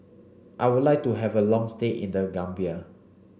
I would like to have a long stay in the Gambia